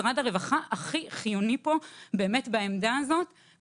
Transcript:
משרד הרווחה הכי חיוני פה בעמדה הזאת.